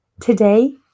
Today